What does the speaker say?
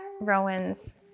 Rowan's